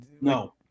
No